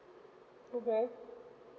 mmhmm